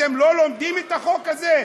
אתם לא לומדים את החוק הזה?